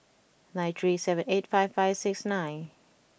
nine three seven eight five five six nine